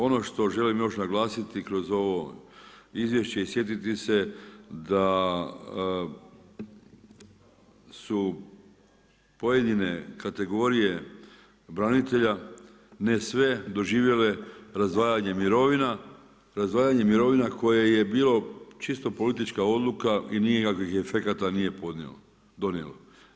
Ono što želim još naglasiti kroz ovo izvješće i sjetiti se da su pojedine kategorije branitelja, ne sve, doživjele razdvajanje mirovina, razdvajanje mirovina koje je bilo čisto politička odluka i nikakvih efekata nije donio.